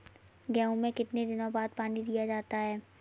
गेहूँ में कितने दिनों बाद पानी दिया जाता है?